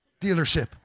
dealership